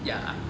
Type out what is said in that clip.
ya